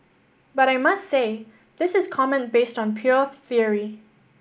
but I must say this is comment based on pure theory